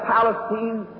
Palestine